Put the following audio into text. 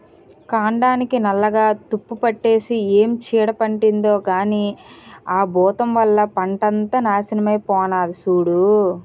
కాండానికి నల్లగా తుప్పుపట్టేసి ఏం చీడ పట్టిందో కానీ ఆ బూతం వల్ల పంటంతా నాశనమై పోనాది సూడూ